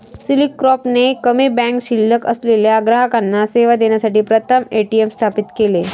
Citicorp ने कमी bank शिल्लक असलेल्या ग्राहकांना सेवा देण्यासाठी प्रथम ए.टी.एम स्थापित केले